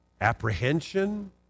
Apprehension